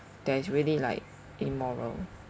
that is really like immoral